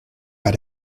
but